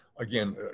again